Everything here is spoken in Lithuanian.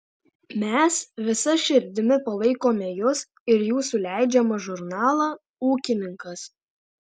mes visa širdimi palaikome jus ir jūsų leidžiamą žurnalą ūkininkas